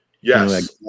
Yes